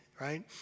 right